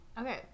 Okay